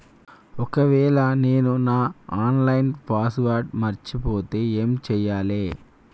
ఒకవేళ నేను నా ఆన్ లైన్ పాస్వర్డ్ మర్చిపోతే ఏం చేయాలే?